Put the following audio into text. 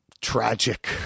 tragic